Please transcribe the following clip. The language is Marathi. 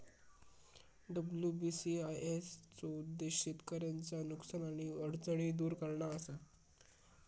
डब्ल्यू.बी.सी.आय.एस चो उद्देश्य शेतकऱ्यांचा नुकसान आणि अडचणी दुर करणा असा